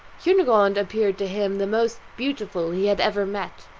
cunegonde appeared to him the most beautiful he had ever met.